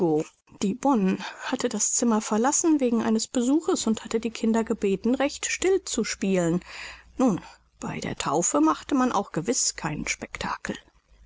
die bonne hatte das zimmer verlassen wegen eines besuches und hatte die kinder gebeten recht still zu spielen nun bei der taufe machte man auch gewiß keinen spectakel